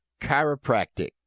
Chiropractic